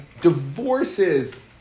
divorces